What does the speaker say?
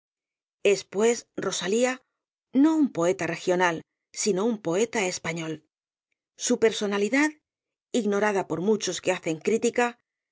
pues rosalía no un poeta regional sino un poeta español su personalidad ignorada por muepílogo sentimental chos que hacen crítica